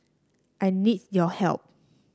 I need your help